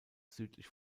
südlich